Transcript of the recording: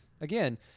again